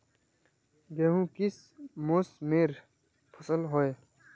गेहूँ किस मौसमेर फसल होय?